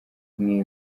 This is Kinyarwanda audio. mwe